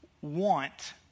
want